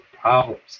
problems